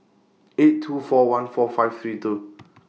eight two four one four five three two